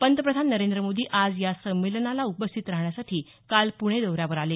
पंतप्रधान नरेंद्र मोदी आज या संमेलनाला उपस्थित राहण्यासाठी काल पुणे दौऱ्यावर आले